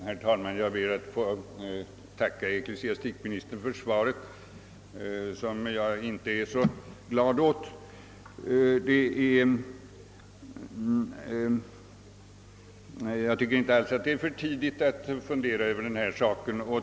Herr talman! Jag ber att få tacka ecklesiastikministern för svaret, som jag inte är så glad åt. Enligt min mening är det inte alls för tidigt att fundera över denna fråga.